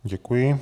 Děkuji.